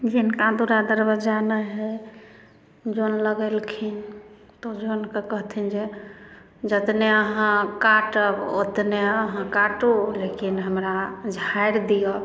जिनका दूर दरबज्जा नहि हइ जन लगैलखिन तऽ ओ जनके कहथिन जे जेतने अहाँ काटब ओतने अहाँ काटु लेकिन हमरा झाड़ि दिअ